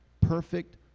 Perfect